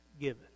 given